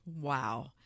Wow